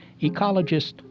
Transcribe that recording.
ecologist